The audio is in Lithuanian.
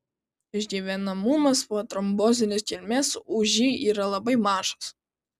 išgyvenamumas po trombozinės kilmės ūži yra labai mažas